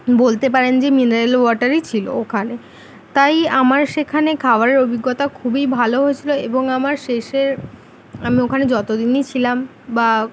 বলতে পারেন যে মিনারেল ওয়াটারই ছিলো ওখানে তাই আমার সেখানে খাবারের অভিজ্ঞতা খুবই ভালো হয়েছিলো এবং আমার শেষের আমি ওখানে যতো দিনই ছিলাম বা